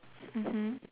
mmhmm